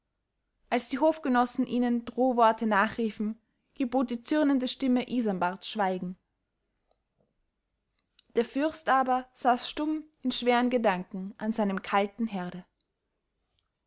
als die hofgenossen ihnen drohworte nachriefen gebot die zürnende stimme isanbarts schweigen der fürst aber saß stumm in schweren gedanken an seinem kalten herde